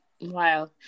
Wow